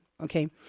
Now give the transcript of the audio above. Okay